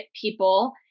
people